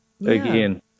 again